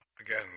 Again